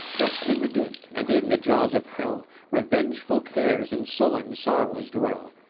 just in the gate and in the jaws of hell, revengeful cares and sullen sorrows dwell,